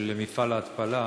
של מפעל ההתפלה,